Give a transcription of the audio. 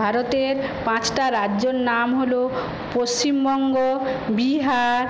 ভারতের পাঁচটা রাজ্যর নাম হল পশ্চিমবঙ্গ বিহার